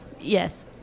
Yes